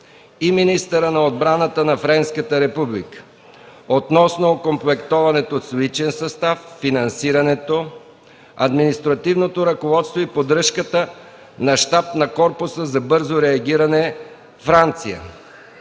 и министъра на отбраната на Френската република относно окомплектоването с личен състав, финансирането, административното ръководство и поддръжката на щаб на Корпуса за бързо реагиране – Франция,